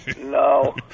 No